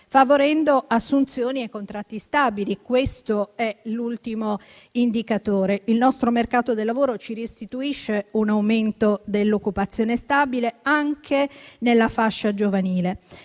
favorendo assunzioni e contratti stabili. Questo è l'ultimo indicatore. Il nostro mercato del lavoro ci restituisce un aumento dell'occupazione stabile anche nella fascia giovanile.